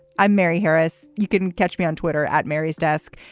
i'm mary harris. you couldn't catch me on twitter at mary's desk.